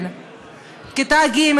כיתה ג',